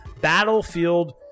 Battlefield